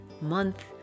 month